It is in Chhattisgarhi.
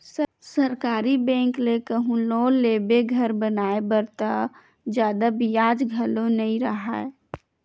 सरकारी बेंक ले कहूँ लोन लेबे घर बनाए बर त जादा बियाज घलो नइ राहय